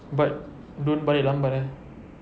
but don't balik lambat eh